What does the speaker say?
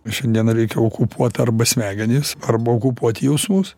šiandieną reikia okupuot arba smegenis arba okupuoti jausmus